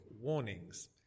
warnings